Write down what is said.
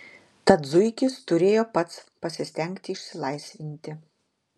tad zuikis turėjo pats pasistengti išsilaisvinti